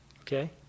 Okay